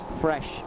fresh